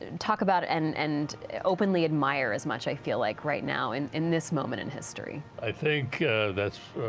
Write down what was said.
and talk about and and openly admire as much, i feel like right now in in this moment in history. i think that's